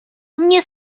nie